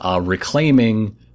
reclaiming